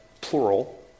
plural